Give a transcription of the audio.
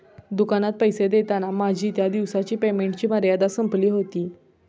दुकानात पैसे देताना माझी त्या दिवसाची पेमेंटची मर्यादा संपली होती